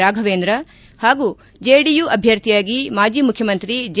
ರಾಘವೇಂದ್ರ ಹಾಗೂ ಜೆಡಿಯು ಅಭ್ಯರ್ಥಿಯಾಗಿ ಮಾಜಿ ಮುಖ್ಯಮಂತ್ರಿ ಜೆ